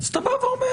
אתה בא ואומר,